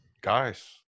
guys